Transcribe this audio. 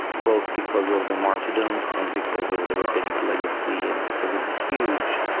both because of the martyrdom and because of the rabbinic legacy and because of the huge